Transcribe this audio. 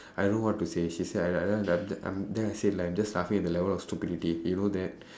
I don't know what to say she say I am then I say like I am just laughing at the level of stupidity you know that